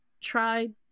tried